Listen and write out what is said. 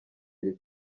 iri